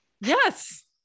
Yes